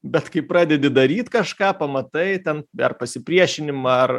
bet kai pradedi daryt kažką pamatai ten ar pasipriešinimą ar